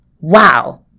wow